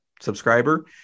subscriber